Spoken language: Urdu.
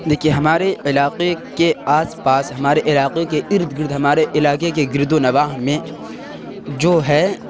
دیکھیے ہمارے علاقے کے آس پاس ہمارے علاقے کے ارد گرد ہمارے علاقے کے گرد و نواح میں جو ہے